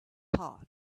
parts